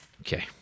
Okay